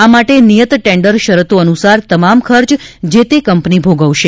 આ માટે નિયત ટેન્ડર શરતો અનુસાર તમામ ખર્ચ જે તે કંપની ભોગવશે